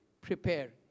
Prepare